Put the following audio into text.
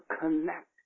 connect